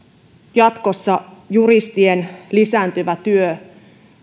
jatkossa juristien lisääntyvä työ